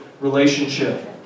relationship